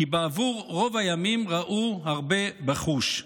כי בעבור רוב הימים ראו הרבה בחוש,